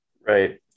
right